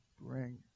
bring